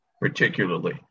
particularly